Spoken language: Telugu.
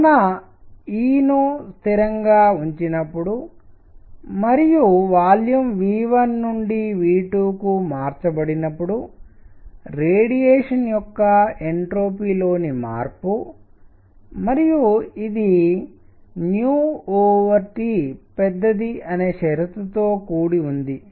కావున ఇది E ను స్థిరంగా ఉంచినప్పుడు మరియు వాల్యూమ్ V1 నుండి V2 కు మార్చబడినప్పుడు రేడియేషన్ యొక్క ఎంట్రోపీ లోని మార్పు మరియు ఇది T పెద్దది అనే షరతుతో కూడి ఉంది